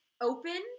open